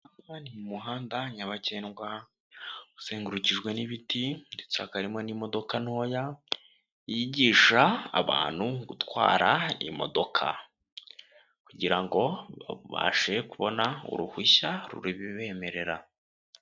Aha ni mu muhanda nyabagendwa uzengurukijwe n'ibiti ndetse hakaba harimo n'imodoka ntoya yigisha abantu gutwara imodoka kugira ngo babashe kubona uruhushya rubibemerera.